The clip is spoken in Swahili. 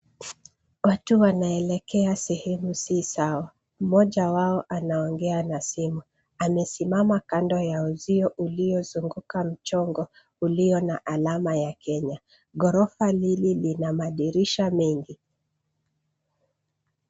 Watu wanaelekea sehemu si sawa. Moja wao anaongea na simu. Amesimama kando ya uzio uliyozunguka mchongo uliyo na alama ya Kenya. Ghorofa lili lina madirisha mengi.